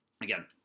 again